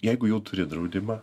jeigu jau turi draudimą